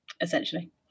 essentially